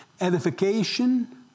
edification